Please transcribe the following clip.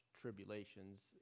tribulations